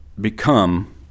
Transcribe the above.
become